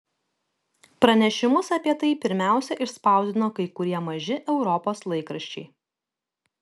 pranešimus apie tai pirmiausia išspausdino kai kurie maži europos laikraščiai